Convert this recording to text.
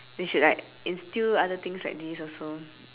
they should like instil other things like this also